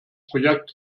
projekt